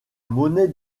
monnaie